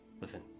Listen